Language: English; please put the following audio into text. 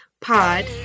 Pod